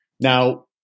Now